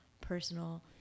personal